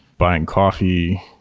buying coffee,